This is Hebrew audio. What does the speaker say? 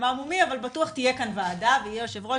אבל בטוח תהיה כאן ועדה ויהיה יושב-ראש,